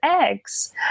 eggs